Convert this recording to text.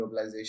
globalization